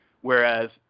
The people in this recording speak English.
Whereas